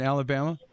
Alabama